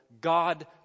God